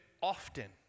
often